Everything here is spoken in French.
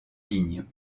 lignes